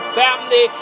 family